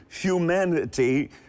humanity